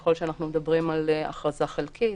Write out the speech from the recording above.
ככל שאנחנו מדברים על הכרזה חלקית,